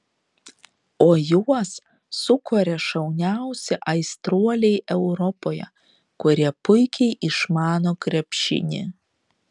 o juos sukuria šauniausi aistruoliai europoje kurie puikiai išmano krepšinį